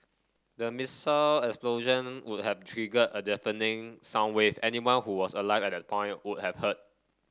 the missile explosion would have triggered a deafening sound wave anyone who was alive at that point would have heard